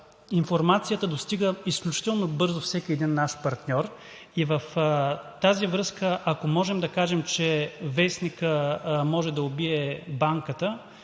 информацията достига изключително бързо до всеки един наш партньор. В тази връзка ако можем да кажем, че вестникът може да убие банката,